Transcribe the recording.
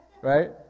right